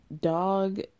dog